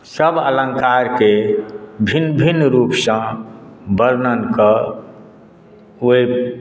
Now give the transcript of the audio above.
सभ अलङ्कारकेँ भिन्न भिन्न रूपसँ वर्णन कऽ ओहि